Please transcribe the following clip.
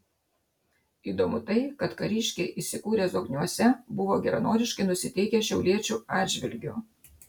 įdomu tai kad kariškiai įsikūrę zokniuose buvo geranoriškai nusiteikę šiauliečių atžvilgiu